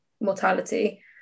mortality